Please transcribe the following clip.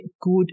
good